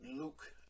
Luke